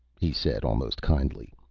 he said, almost kindly.